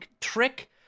trick